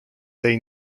say